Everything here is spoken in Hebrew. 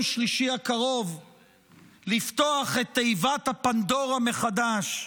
שלישי הקרוב לפתוח את תיבת הפנדורה מחדש,